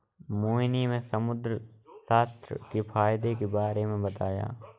मोहिनी ने समुद्रघास्य के फ़ायदे के बारे में बताया